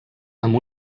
amb